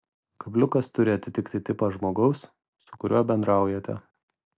kabliukas turi atitikti tipą žmogaus su kuriuo bendraujate